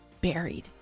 buried